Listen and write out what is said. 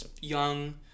Young